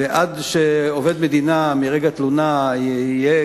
ועד שעובד מדינה, שמרגע התלונה יהיה